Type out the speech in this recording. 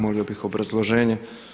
Molio bih obrazloženje.